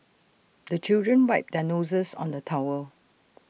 the children wipe their noses on the towel